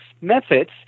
methods